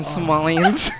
Somalians